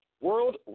World